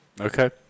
Okay